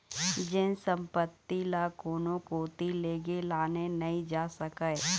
जेन संपत्ति ल कोनो कोती लेगे लाने नइ जा सकय